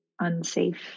unsafe